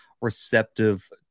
receptive